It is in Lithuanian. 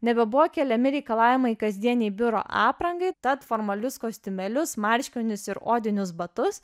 nebebuvo keliami reikalavimai kasdienei biuro aprangai tad formalius kostiumėlius marškinius ir odinius batus